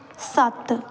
ਸੱਤ